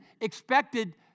expected